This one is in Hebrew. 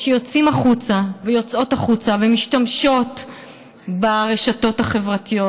יוצאים החוצה ויוצאות החוצה ומשתמשות ברשתות החברתיות